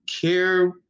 care